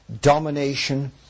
domination